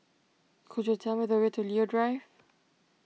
could you tell me the way to Leo Drive